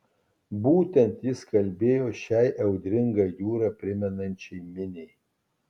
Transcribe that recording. būtent jis kalbėjo šiai audringą jūrą primenančiai miniai